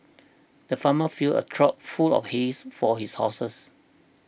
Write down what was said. the farmer filled a trough full of his for his horses